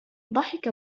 ضحك